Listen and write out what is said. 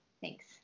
thanks